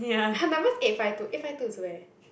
her number's eight five two eight five two is where